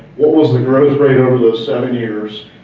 what was the growth rate over those seven years,